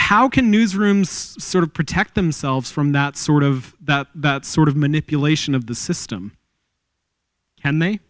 how can newsrooms sort of protect themselves from that sort of that sort of manipulation of the system and